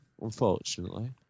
unfortunately